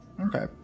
Okay